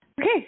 Okay